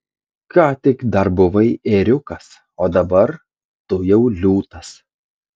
ką tik dar buvai ėriukas o dabar tu jau liūtas